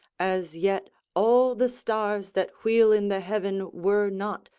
as yet all the stars that wheel in the heaven were not,